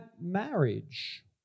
marriage